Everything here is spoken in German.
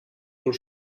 wohl